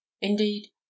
indeed